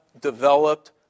developed